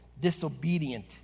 disobedient